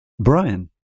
brian